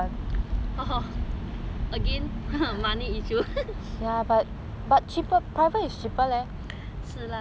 again money issues 是 lah but